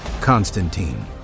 Constantine